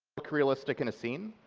look realistic in a scene.